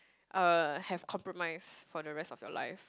uh have compromise for the rest of your life